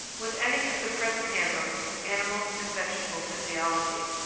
with any of the present handbooks of animals and vegetable physiology.